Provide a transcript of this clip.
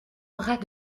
bras